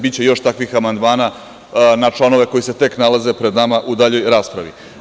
Biće još takvih amandmana na članove koji se tek nalaze pred nama u daljoj raspravi.